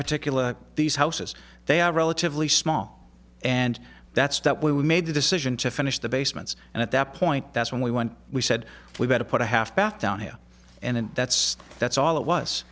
particular these houses they are relatively small and that's that we we made the decision to finish the basements and at that point that's when we went we said we better put a half bath down here and that's that's all it was